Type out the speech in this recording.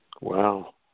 Wow